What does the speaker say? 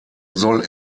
soll